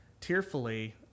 tearfully